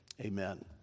Amen